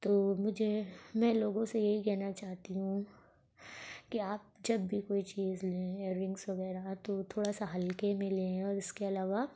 تو مجھے میں لوگوں سے یہی کہنا چاہتی ہوں کہ آپ جب بھی کوئی چیز لیں ایئر رنگس وغیرہ تو تھوڑا سا ہلکے میں لیں اور اس کے علاوہ